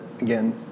again